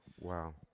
Wow